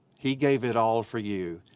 he gave it all for you.